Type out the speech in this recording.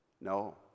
No